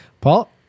Paul